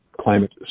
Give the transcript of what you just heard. climate